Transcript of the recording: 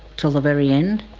until the very end.